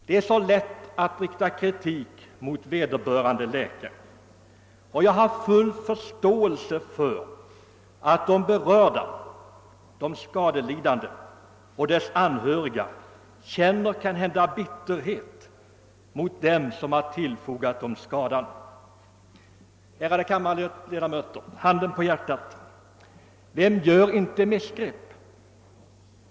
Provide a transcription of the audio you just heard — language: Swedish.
Det är så lätt att rikta kritik mot vederbörande läkare, och jag har full förståelse för att de berörda, de skadelidande och deras anhöriga, kan känna bitterhet mot dem som tillfogat dem skadan. Ärade kammarledamöter, handen på hjärtat, vem gör inte missgrepp?